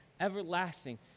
everlasting